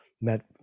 met